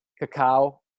cacao